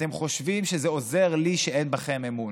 אתם חושבים שזה עוזר לי שאין בכם אמון.